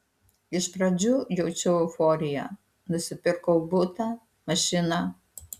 iš pradžių jaučiau euforiją nusipirkau butą mašiną